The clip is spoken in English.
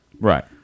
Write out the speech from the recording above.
Right